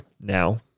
now